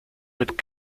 mit